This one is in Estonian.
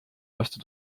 vastu